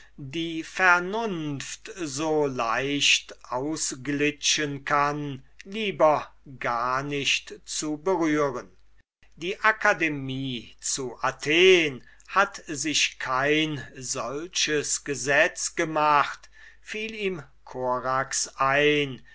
die vernunft so leicht ausglitschen kann lieber gar nicht zu berühren die akademie zu athen hat sich kein solches gesetz gemacht fiel ihm korax ein